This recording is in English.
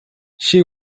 she